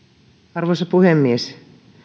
arvoisa puhemies